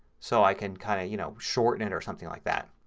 so i can kind of you know shorten it or something like that.